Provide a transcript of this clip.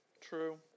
True